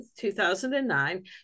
2009